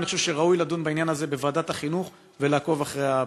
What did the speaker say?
אני חושב שראוי לדון בעניין הזה בוועדת החינוך ולעקוב אחרי הביצוע.